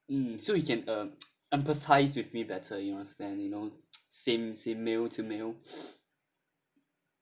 mm so he can um empathise with me better you know stand you know same same male to male